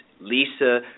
Lisa